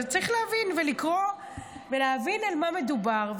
צריך להבין ולקרוא ולהבין על מה מדובר.